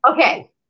Okay